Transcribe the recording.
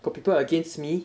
got people against me